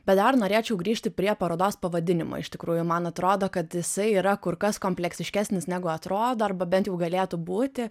bet dar norėčiau grįžti prie parodos pavadinimo iš tikrųjų man atrodo kad jisai yra kur kas kompleksiškesnis negu atrodo arba bent jau galėtų būti